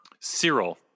Cyril